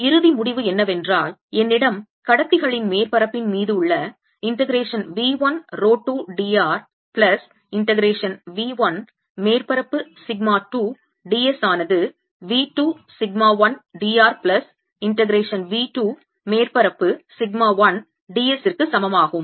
இறுதி முடிவு என்னவென்றால் என்னிடம் கடத்திகளின் மேற்பரப்பின் மீது உள்ள integration V 1 rho 2 d r plus integration V 1 மேற்பரப்பு சிக்மா 2 d s ஆனது V 2 sigma 1 d r plus integration V 2 மேற்பரப்பு சிக்மா 1 d s ற்கு சமமாகும்